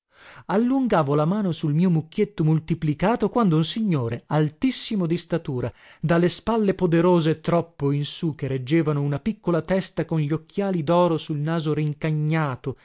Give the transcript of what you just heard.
allungavo la mano sul mio mucchietto multiplicato quando un signore altissimo di statura da le spalle poderose troppo in sù che reggevano una piccola testa con gli occhiali doro sul naso